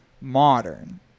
modern